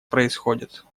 происходит